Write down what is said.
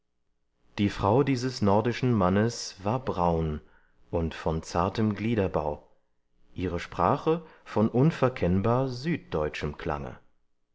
die frau dieses nordischen mannes war braun und von zartem gliederbau ihre sprache von unverkennbar süddeutschem klange